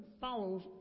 follows